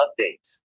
updates